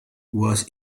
was